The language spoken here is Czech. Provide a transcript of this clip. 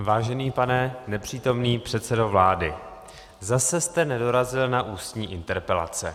Vážený pane nepřítomný předsedo vlády, zase jste nedorazil na ústní interpelace.